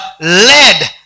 led